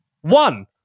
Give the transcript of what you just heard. One